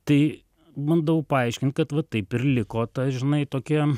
tai bandau paaiškint kad va taip ir liko ta žinai tokia